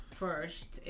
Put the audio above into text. first